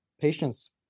patients